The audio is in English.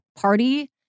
Party